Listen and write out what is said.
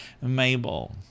Mabel